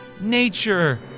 Nature